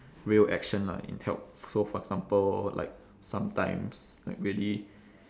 real action lah in help so for example like sometimes like really